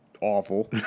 awful